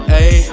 Hey